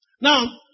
Now